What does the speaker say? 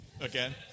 Again